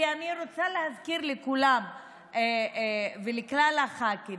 כי אני רוצה להזכיר לכולם ולכלל הח"כים,